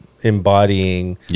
embodying